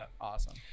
awesome